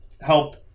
Help